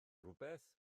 rhywbeth